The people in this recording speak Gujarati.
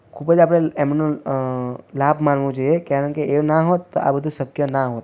ખૂબ જ આપણે એમનો લાભ માનવો જોઈએ કારણ કે એ ના હોત તો આ બધું શક્ય ના હોત